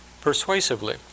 persuasively